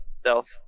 stealth